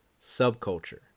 subculture